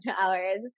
hours